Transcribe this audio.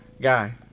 guy